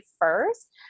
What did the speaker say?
first